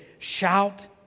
Shout